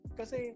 kasi